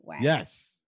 Yes